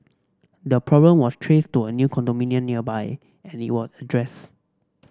the problem was traced to a new condominium nearby and it were addressed